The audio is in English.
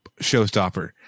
showstopper